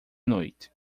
noite